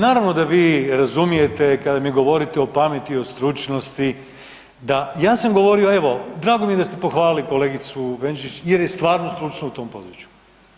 Naravno da vi razumijete kada mi govorite o pameti o stručnosti, da ja sam govorio evo drago mi je da ste pohvalili kolegicu Benčić jer je stvarno stručna u tom području,